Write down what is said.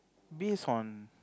base on